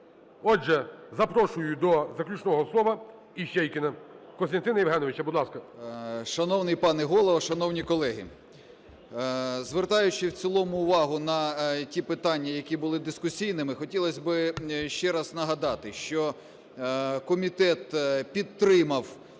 Отже, запрошую до заключного слова Іщейкіна Костянтина Євгеновича. Будь ласка. 13:26:27 ІЩЕЙКІН К.Є. Шановний пане Голово, шановні колеги! Звертаючи в цілому увагу на ті питання, які були дискусійними, хотілось би ще раз нагадати, що комітет підтримав,